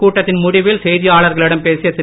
கூட்டத்தின் முடிவில் செய்தியாளர்களிடம் பேசிய திரு